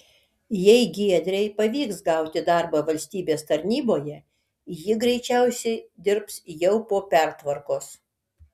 jei giedrei pavyks gauti darbą valstybės tarnyboje ji greičiausiai dirbs jau po pertvarkos